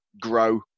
grow